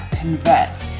converts